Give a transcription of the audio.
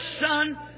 son